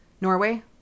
Norway